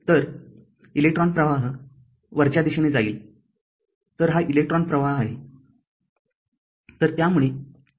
तर इलेक्ट्रॉन प्रवाह वरच्या दिशेने जाईल तर हा इलेक्ट्रॉन प्रवाह आहे